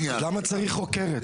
למה צריך חוקרת?